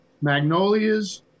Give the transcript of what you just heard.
Magnolias